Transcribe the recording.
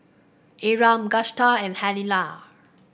Ephram Agusta and Helena